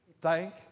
Thank